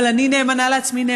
אבל אני נאמנה לעצמי, תודה.